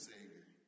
Savior